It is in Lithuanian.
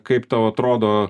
kaip tau atrodo